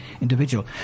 individual